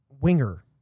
Winger